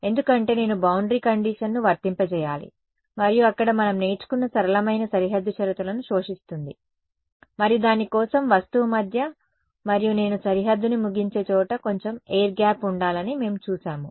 ఎందుకంటే నేను బౌండరీ కండిషన్ను వర్తింపజేయాలి మరియు అక్కడ మనం నేర్చుకున్న సరళమైన సరిహద్దు షరతులను శోషిస్తుంది మరియు దాని కోసం వస్తువు మధ్య మరియు నేను సరిహద్దు ని ముగించే చోట కొంచెం ఎయిర్ గ్యాప్ ఉండాలని మేము చూశాము